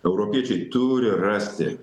europiečiai turi rasti